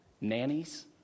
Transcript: nannies